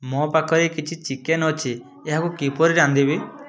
ମୋ ପାଖରେ କିଛି ଚିକେନ୍ ଅଛି ଏହାକୁ କିପରି ରାନ୍ଧିବି